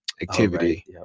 activity